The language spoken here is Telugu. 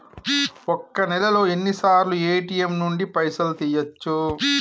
ఒక్క నెలలో ఎన్నిసార్లు ఏ.టి.ఎమ్ నుండి పైసలు తీయచ్చు?